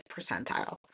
percentile